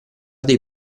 dei